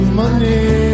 money